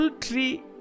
tree